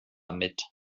mit